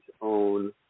own